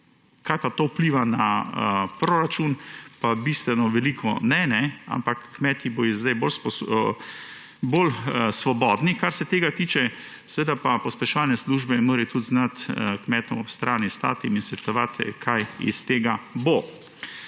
Kaj pa to vpliva na proračun, pa bistveno veliko ne, ampak kmeti bodo zdaj bolj svobodni, kar se tega tiče, seveda pa pospeševalne službe morajo tudi znati kmetom ob strani stati in jim svetovati, kaj iz tega bo.